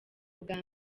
bwa